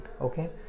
okay